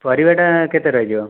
ପରିବାଟା କେତେ ରହିଯିବ